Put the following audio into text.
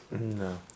No